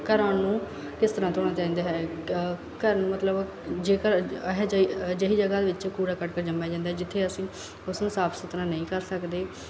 ਘਰਾਂ ਨੂੰ ਕਿਸ ਤਰ੍ਹਾਂ ਧੋਣਾ ਚਾਹੀਦਾ ਹੈ ਘਰ ਨੂੰ ਮਤਲਬ ਜੇਕਰ ਇਹੇ ਜਿਹਾ ਅਜਿਹੀ ਜਗ੍ਹਾ ਵਿੱਚ ਕੂੜਾ ਕਰਕਟ ਜੰਮਿਆ ਜਾਂਦਾ ਜਿੱਥੇ ਅਸੀਂ ਉਸਨੂੰ ਸਾਫ਼ ਸੁਥਰਾ ਨਹੀਂ ਕਰ ਸਕਦੇ